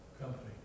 company